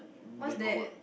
what is that